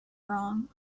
wrong